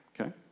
Okay